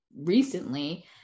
recently